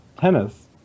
tennis